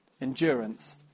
endurance